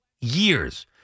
years